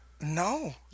No